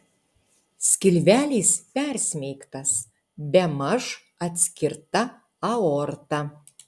skilvelis persmeigtas bemaž atskirta aorta